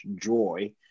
joy